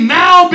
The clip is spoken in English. now